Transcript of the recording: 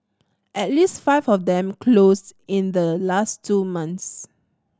at least five of them closed in the last two months